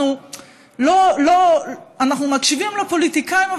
אנחנו מקשיבים לפוליטיקאים,